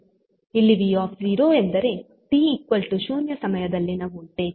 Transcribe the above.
ಇಲ್ಲಿ v ಎಂದರೆ t0 ಸಮಯದಲ್ಲಿನ ವೋಲ್ಟೇಜ್